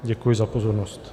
Děkuji za pozornost.